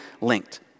linked